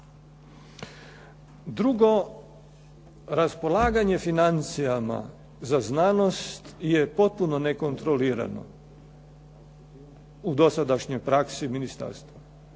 Drugo, raspolaganje financijama za znanost je potpuno nekontrolirano u dosadašnjoj praksi ministarstva.